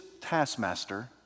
taskmaster